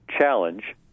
challenge